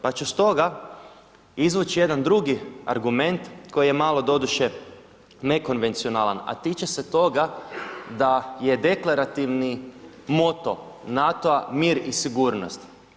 Pa ću stoga izvuć jedan drugi argument koji je malo doduše nekonvencionalan, a tiče se toga da je deklarativni moto NATO-a mir i sigurnost.